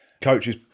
Coaches